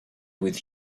with